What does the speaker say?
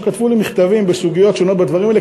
שכתבו לי מכתבים בסוגיות שונות בדברים האלה,